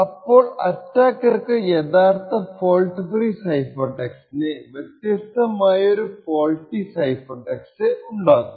അപ്പോൾ അറ്റാക്കർക്കു യഥാർത്ഥ ഫോൾട്ട് ഫ്രീ സൈഫർ ടെക്സ്റ്റിന് വ്യത്യാസ്തമായ ഒരു ഫോൾട്ടി സൈഫർ ടെക്സ്റ്റ് ഉണ്ടാകും